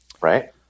Right